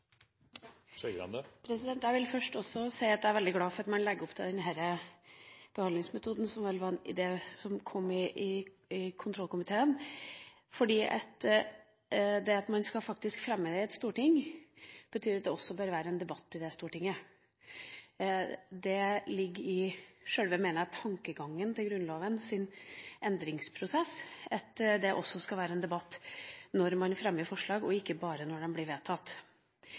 jeg legger til – at du ikke kan trekke deg. Derfor er dette et viktig og godt prinsipp, som jeg personlig støtter. Jeg vil først si at jeg er veldig glad for at man legger opp til denne behandlingsmåten, som vel var en idé som kom i kontroll- og konstitusjonskomiteen. Det at man faktisk fremmer forslag i et storting, betyr at det også bør være en debatt i det Stortinget. Det mener jeg ligger i sjølve tankegangen til Grunnlovens endringsprosess, at det